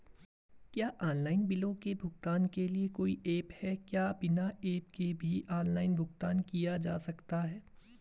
क्या ऑनलाइन बिलों के भुगतान के लिए कोई ऐप है क्या बिना ऐप के भी ऑनलाइन भुगतान किया जा सकता है?